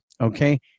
okay